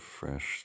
fresh